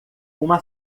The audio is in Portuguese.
uma